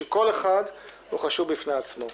שכל אחד חשוב בפני עצמו.